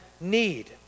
need